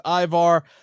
Ivar